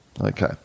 Okay